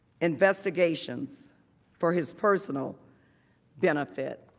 investigations for his personal benefit.